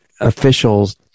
officials